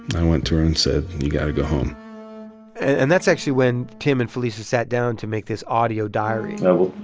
i went to her and said, you got to go home and that's actually when tim and felisa sat down to make this audio diary. and i will,